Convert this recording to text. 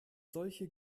solche